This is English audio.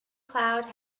cloud